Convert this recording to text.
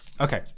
Okay